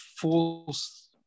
false